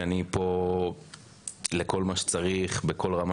אני כאן בשבילכן לכל מה שצריך בכל רמה